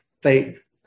Faith